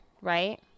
right